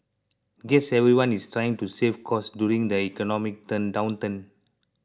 guess everyone is trying to save costs during the economic downturn